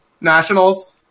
Nationals